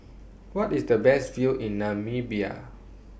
What IS The Best View in Namibia